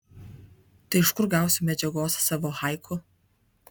tai iš kur gausiu medžiagos savo haiku